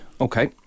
Okay